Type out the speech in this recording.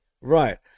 Right